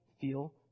feel